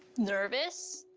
nervous.